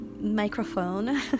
microphone